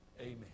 amen